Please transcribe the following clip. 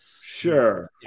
Sure